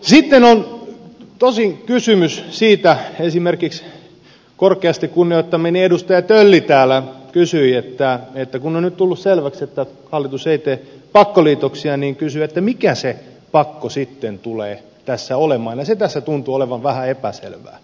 sitten on tosin kysymys siitä esimerkiksi korkeasti kunnioittamani edustaja tölli täällä tätä kysyi että kun on nyt tullut selväksi että hallitus ei tee pakkoliitoksia niin mikä se pakko sitten tulee tässä olemaan se tässä tuntuu olevan vähän epäselvää